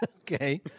Okay